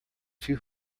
too